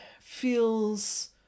feels